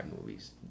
movies